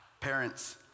Parents